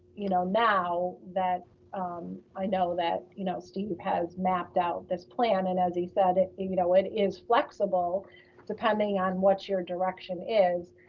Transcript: you know, now that i know that, you know, steve has mapped out this plan, and as he said, you know, it is flexible depending on what your direction is,